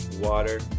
water